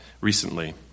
recently